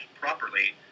properly